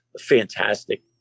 fantastic